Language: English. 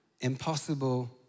impossible